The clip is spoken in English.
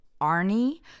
Arnie